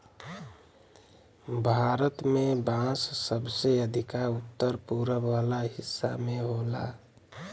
भारत में बांस सबसे अधिका उत्तर पूरब वाला हिस्सा में होला